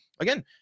again